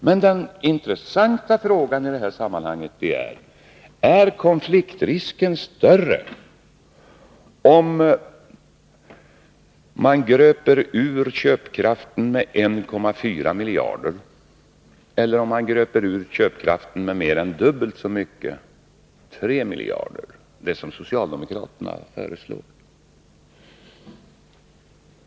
Men den intressanta frågan i sammanhanget är: Är konfliktrisken större, om man gröper ur köpkraften med 1,4 miljarder än om man gröper ur köpkraften med mer än dubbelt så mycket, 3 miljarder, som socialdemokraterna föreslår?